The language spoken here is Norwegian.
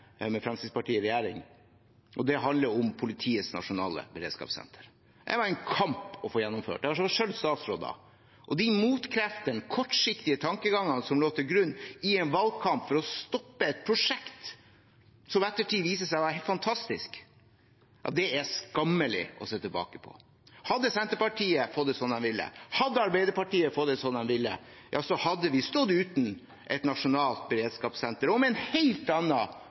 Fremskrittspartiet i regjering, og det handler om Politiets nasjonale beredskapssenter. Det var en kamp å få det gjennomført. Jeg var selv statsråd da, og de motkreftene og den kortsiktige tankegangen som lå til grunn i en valgkamp for å stoppe et prosjekt som i ettertid viser seg å være helt fantastisk, er det skammelig å se tilbake på. Hadde Senterpartiet fått det som de ville, hadde Arbeiderpartiet fått det som de ville, hadde vi stått uten et nasjonalt beredskapssenter og med en helt